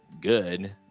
good